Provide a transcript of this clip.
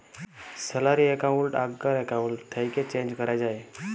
salary account আগ্কার account থ্যাকে change ক্যরা যায়